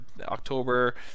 October